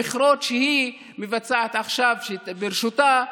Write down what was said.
במכרות שהיא מבצעת עכשיו ברשותה,